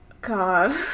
God